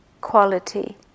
quality